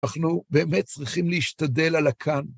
אנחנו באמת צריכים להשתדל על הכאן.